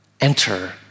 Enter